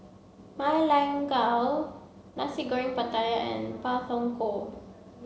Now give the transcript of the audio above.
Ma Lai Gao Nasi Goreng Pattaya and Pak Thong Ko